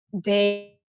day